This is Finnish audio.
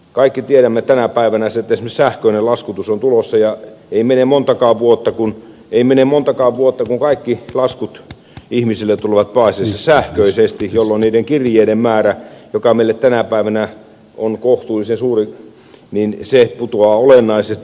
kaikki tiedämme että tänä päivänä esimerkiksi sähköinen laskutus on tulossa ja ei mene montakaan vuotta kun ei mene montakaan vuotta ja kaikki laskut ihmisille tulevat pääasiassa sähköisesti jolloin niiden kirjeiden määrä joka meillä tänä päivänä on kohtuullisen suuri putoaa olennaisesti